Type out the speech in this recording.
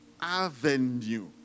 Avenue